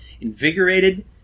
invigorated